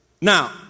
Now